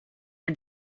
for